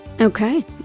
Okay